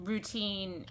Routine